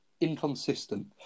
Inconsistent